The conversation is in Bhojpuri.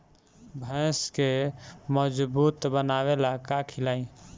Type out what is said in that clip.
भैंस के मजबूत बनावे ला का खिलाई?